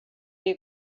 you